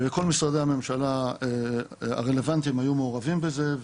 כל משרדי הממשלה הרלוונטיים היו מעורבים בזה.